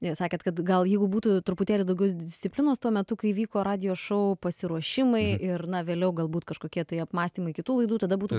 jūs sakėte kad gal jeigu būtų truputėlį daugiau disciplinos tuo metu kai vyko radijo šau pasiruošimai ir na vėliau galbūt kažkokie tai apmąstymai kitų laidų tada būtų